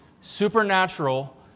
supernatural